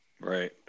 Right